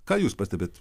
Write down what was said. ką jūs pastebit